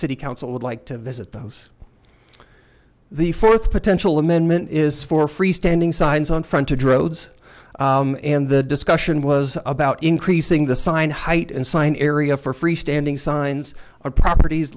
city council would like to visit those the fourth potential amendment is for free standing signs on front to dros and the discussion was about increasing the sign height and sign area for free standing signs or properties